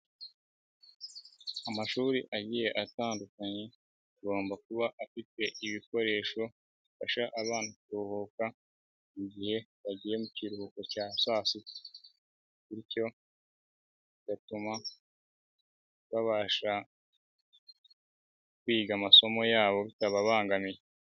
Amashuri agiye atandukanye, agomba kuba afite ibikoresho, bifasha abana kuruhuka, mu gihe bagiye mu kiruhuko cya saa sita bityo bigatuma babasha kwiga amasomo yabo bitababangamiye.